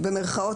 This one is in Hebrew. במרכאות,